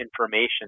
information